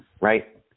right